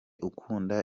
ukunda